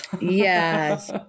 Yes